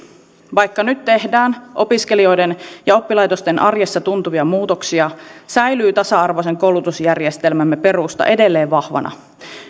vaikka nyt tehdään opiskelijoiden ja oppilaitosten arjessa tuntuvia muutoksia säilyy tasa arvoisen koulutusjärjestelmämme perusta edelleen vahvana